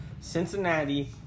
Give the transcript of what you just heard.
Cincinnati